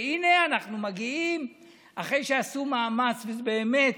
והינה, אנחנו מגיעים, אחרי שעשו מאמץ, באמת,